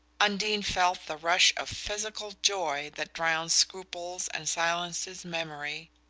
undine felt the rush of physical joy that drowns scruples and silences memory.